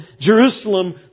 Jerusalem